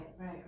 right